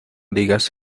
digas